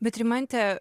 bet rimante